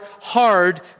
hard